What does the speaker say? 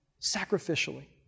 Sacrificially